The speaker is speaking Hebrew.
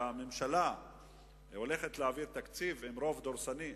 הממשלה הולכת להעביר תקציב עם רוב דורסני,